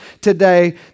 today